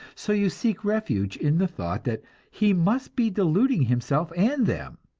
so you seek refuge in the thought that he must be deluding himself and them,